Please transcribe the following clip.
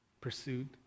pursued